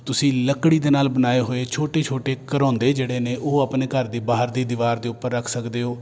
ਤੁਸੀਂ ਲੱਕੜੀ ਦੇ ਨਾਲ ਬਣਾਏ ਹੋਏ ਛੋਟੇ ਛੋਟੇ ਘਰੌਂਦੇ ਜਿਹੜੇ ਨੇ ਉਹ ਆਪਣੇ ਘਰ ਦੀ ਬਾਹਰ ਦੀ ਦੀਵਾਰ ਦੇ ਉੱਪਰ ਰੱਖ ਸਕਦੇ ਹੋ